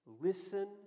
listen